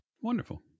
Wonderful